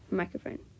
microphone